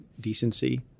decency